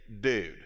dude